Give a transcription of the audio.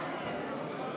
אחד.